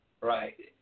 Right